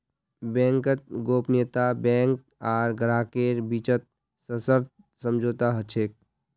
bank गोपनीयता bank आर ग्राहकेर बीचत सशर्त समझौता ह छेक